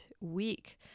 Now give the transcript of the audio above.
week